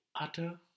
utter